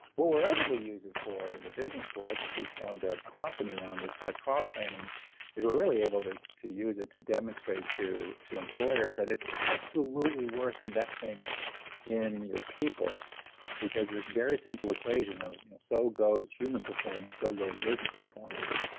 what we're able to use it for in the business world is we formed a company around this like cross training is we're really able to to use it to demonstrate to to employers that it's absolutely worth investing in your people because this very simple equation of so goes human performance, so goes business performance.